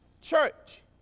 church